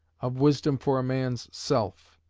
of wisdom for a man's self,